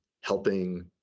helping